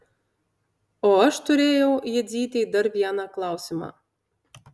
o aš turėjau jadzytei dar vieną klausimą